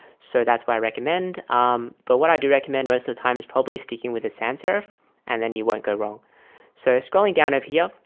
so that's why i recommend um but what i do recommend, most of the time is probably sticking with a sans-serif and then you won't go wrong so scrolling down over here.